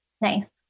Nice